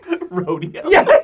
Rodeo